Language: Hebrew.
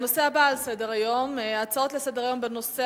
הנושא הבא על סדר-היום: הצעות לסדר-היום בנושא